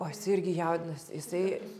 oi jisai irgi jaudinasi jisai